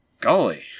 Golly